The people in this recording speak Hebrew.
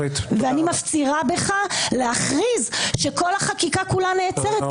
אני מפצירה בך להכריז שכל החקיקה נעצרת.